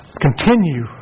continue